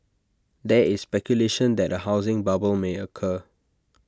there is speculation that A housing bubble may occur